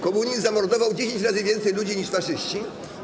Komuniści zamordowali 10 razy więcej ludzi niż faszyści.